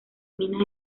minas